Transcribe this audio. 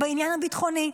בעניין הביטחוני.